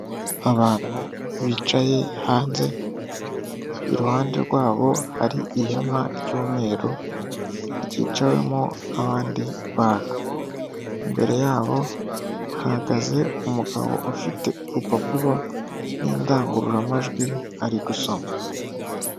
Abantu bicaye hanze iruhande rwabo hari ihema ry'umweru ryicawemo abandi bantu .Imbere yabo hahagaze umugabo ufite urupapuro n'indangururamajwi ari gusoma.